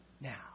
now